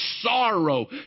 sorrow